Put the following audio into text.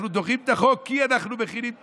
אנחנו דוחים את החוק כי אנחנו מכינים תוכנית.